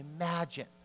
Imagine